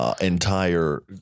Entire